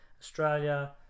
Australia